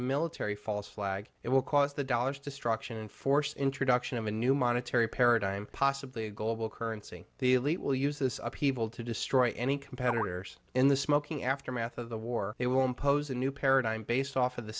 a military false flag it will cause the dollars destruction and force introduction of a new monetary paradigm possibly a global currency the elite will use this upheaval to destroy any competitors in the smoking aftermath of the war it will impose a new paradigm based off of the